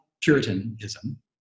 Puritanism